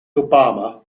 obama